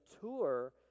tour